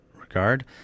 regard